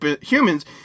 humans